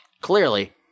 clearly